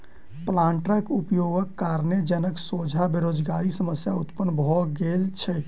प्लांटरक उपयोगक कारणेँ जनक सोझा बेरोजगारीक समस्या उत्पन्न भ गेल छै